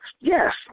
Yes